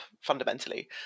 fundamentally